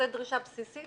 זו דרישה בסיסית,